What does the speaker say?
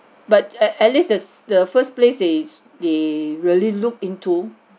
but at at least the the first place they they really looked into